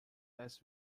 das